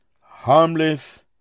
harmless